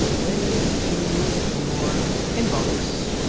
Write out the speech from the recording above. way to your inbox.